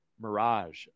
mirage